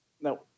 No